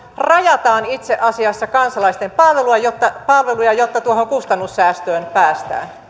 itse asiassa rajataan kansalaisten palveluja jotta palveluja jotta tuohon kustannussäästöön päästään